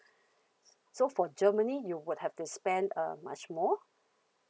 so for germany you would have to spend uh much more